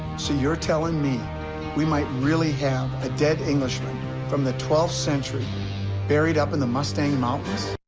so you're telling me we might really have a dead englishman from the twelfth century buried up in the mustang mountains?